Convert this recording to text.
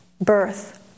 birth